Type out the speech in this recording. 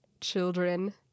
children